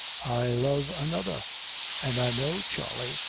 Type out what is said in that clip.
i love another and, i know, charley,